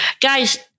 guys